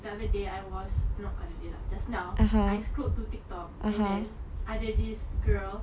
the other day I was not other day lah just now I scrolled through tiktok and then ada this girl